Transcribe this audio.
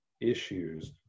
issues